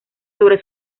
sobre